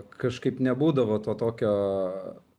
kažkaip nebūdavo to tokio